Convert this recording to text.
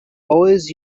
always